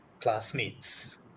Classmates